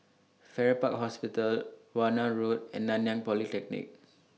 Farrer Park Hospital Warna Road and Nanyang Polytechnic